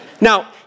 Now